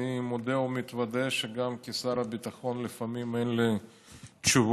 אני מודה ומתוודה שגם כשר הביטחון לפעמים אין לי תשובות.